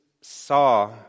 saw